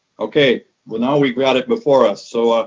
okay. well, now we got it before us. so, ah